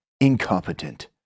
incompetent